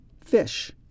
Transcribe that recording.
fish